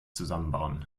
zusammenbauen